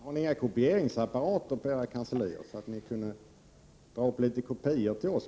Fru talman! Har ni inga kopieringsapparater på era kanslier, så att ni möjligen kunde dra upp några kopior till oss?